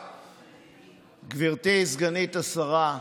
גברתי סגנית השרה,